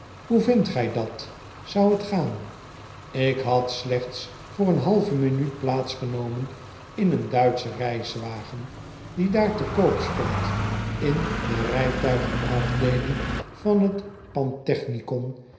hoe vindt gij dat zou t gaan ik had slechts voor een halve minuut plaats genomen in een duitschen reiswagen die daar te koop stond in de rijtuigenafdeeling van t pantechnicon